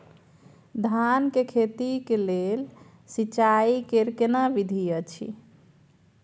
धान के खेती के लेल सिंचाई कैर केना विधी अछि?